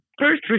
first